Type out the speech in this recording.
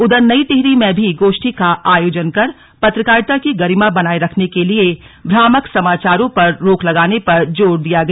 उधर नई टिहरी में भी गोष्ठी का आयोजन कर पत्रकारिता की गरिमा बनाये रखने के लिए भ्रामक समाचारों पर रोक लगाने पर जोर दिया गया